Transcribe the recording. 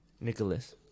nicholas